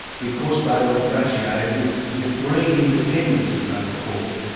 because they were negotiated with with green independents as they were called.